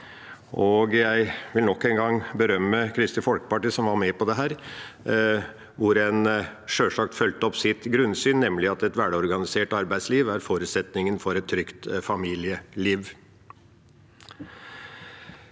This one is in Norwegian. Jeg vil også nok en gang berømme Kristelig Folkeparti som var med på dette, hvor en sjølsagt fulgte opp sitt grunnsyn, nemlig at et velorganisert arbeidsliv er forutsetningen for et trygt familieliv.